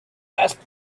asked